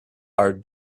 are